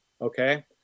Okay